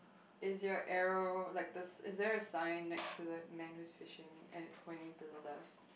is your arrow like the is there a sign next to the man who's fishing and it's pointing to the left